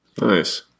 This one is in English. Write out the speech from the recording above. Nice